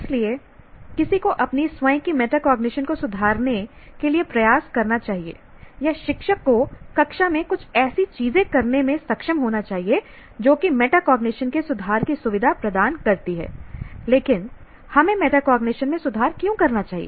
इसलिए किसी को अपनी स्वयं की मेटाकॉग्निशन को सुधारने के लिए प्रयास करना चाहिए या शिक्षक को कक्षा में कुछ ऐसी चीजें करने में सक्षम होना चाहिए जो कि मेटाकॉग्निशन के सुधार की सुविधा प्रदान करती हैं लेकिन हमें मेटाकॉग्निशन में सुधार क्यों करना चाहिए